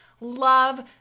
love